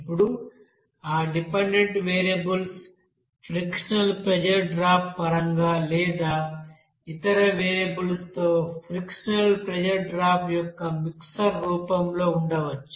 ఇప్పుడు ఆ dependent variables frictional pressure drop పరంగా లేదా ఇతర వేరియబుల్స్తో ఫ్రిక్షనల్ ప్రెజర్ డ్రాప్ యొక్క మిక్సర్ రూపంలో ఉండవచ్చు